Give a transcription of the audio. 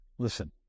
Listen